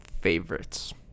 favorites